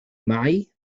معي